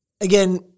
Again